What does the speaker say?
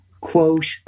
quote